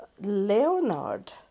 Leonard